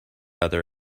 other